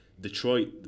Detroit